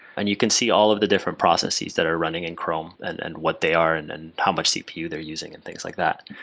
and you can see all of the different processes that are running in chrome and and what they are and and how much cpu they're using and things like that.